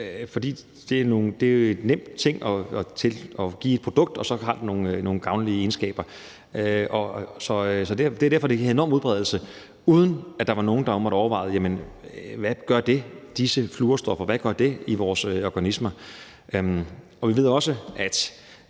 For det er jo en nem ting at give til et produkt, og det har så nogle gavnlige egenskaber. Så det var derfor, det havde en enorm udbredelse, uden at der var nogen, der overvejede, hvad disse fluorstoffer gør i vores organisme. Vi ved også, at